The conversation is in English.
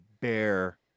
bear